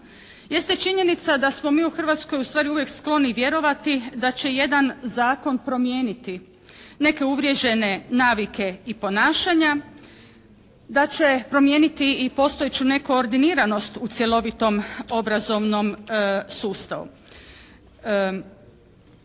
jeste činjenica da smo mi u Hrvatskoj ustvari uvijek skloni vjerovati da će jedan zakon promijeniti neke uvriježene navike i ponašanja, da će promijeniti i postojeću nekoordiniranost u cjelovitom obrazovnom sustavu.